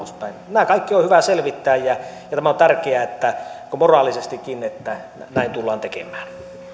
ulospäin nämä kaikki on hyvä selvittää tämä on tärkeää moraalisestikin että näin tullaan tekemään